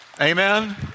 Amen